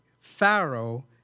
Pharaoh